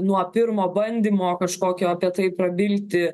nuo pirmo bandymo kažkokio apie tai prabilti